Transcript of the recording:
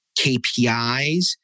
KPIs